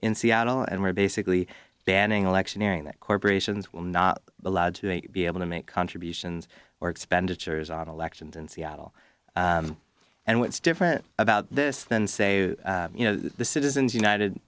in seattle and we're basically banning electioneering that corporations will not be allowed to be able to make contributions or expenditures on elections in seattle and what's different about this than say you know the citizens united